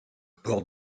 port